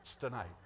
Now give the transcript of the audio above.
tonight